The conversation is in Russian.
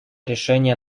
решение